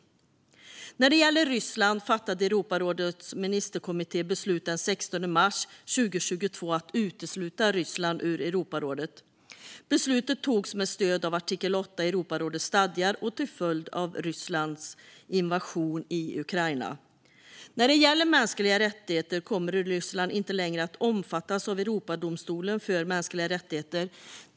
Den 16 mars 2022 fattade Europarådets ministerkommitté beslut om att utesluta Ryssland ur Europarådet. Beslutet togs med stöd av artikel 8 i Europarådets stadgar och till följd av Rysslands invasion i Ukraina. Ryssland kommer inte längre att omfattas av Europadomstolen för mänskliga rättigheter.